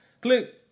Click